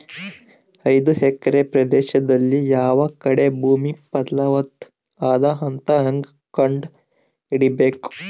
ಐದು ಎಕರೆ ಪ್ರದೇಶದಲ್ಲಿ ಯಾವ ಕಡೆ ಭೂಮಿ ಫಲವತ ಅದ ಅಂತ ಹೇಂಗ ಕಂಡ ಹಿಡಿಯಬೇಕು?